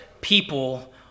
people